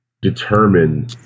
determine